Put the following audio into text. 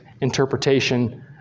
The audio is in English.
interpretation